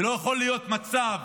ולא יכול להיות מצב